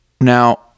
Now